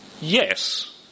yes